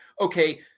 okay